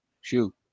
shoe